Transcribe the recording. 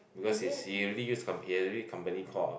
because his he already use com~ he had already company core